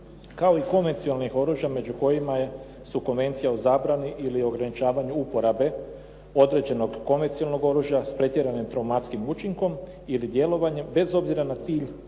kao i konvencionalnih oružja među kojima su Konvencija o zabrani ili ograničavanju uporabe određenog konvencionalnog oružja s pretjeranim traumatskim učinkom ili djelovanjem bez obzira na cilj